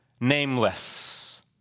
nameless